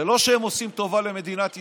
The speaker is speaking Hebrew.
זה לא שהם עושים טובה למדינת ישראל,